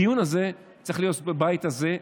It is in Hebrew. הדיון הזה צריך להיות בבית הזה,